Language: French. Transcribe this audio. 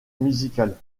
musicales